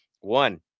one